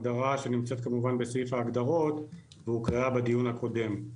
הגדרה שנמצאת כמובן בסעיף ההגדרות והוקראה בדיון הקודם.